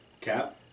Cap